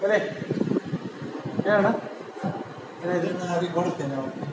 ಮತ್ತು ಏನಣ್ಣ